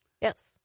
Yes